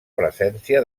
presència